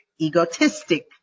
egotistic